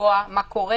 לקבוע מה קורה